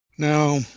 Now